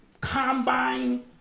combine